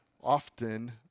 often